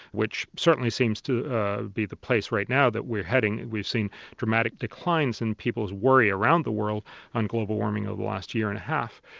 which certainly seems to be the place right now that we're heading. we've seen dramatic declines in people's worry around the world on global warming in ah the last year-and-a-half.